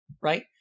right